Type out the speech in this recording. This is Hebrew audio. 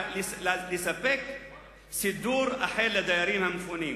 לספק סידור אחר לדיירים המפונים.